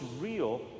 real